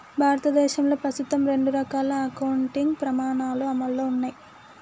భారతదేశంలో ప్రస్తుతం రెండు రకాల అకౌంటింగ్ ప్రమాణాలు అమల్లో ఉన్నయ్